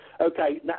okay